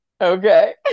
Okay